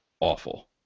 awful